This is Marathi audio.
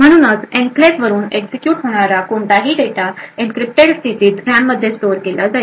म्हणूनच एन्क्लेव्हवरून एक्झिक्युट होणारा कोणताही डेटा एन्क्रिप्टेड स्थितीत रॅममध्ये स्टोअर केला जाईल